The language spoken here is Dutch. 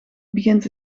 begint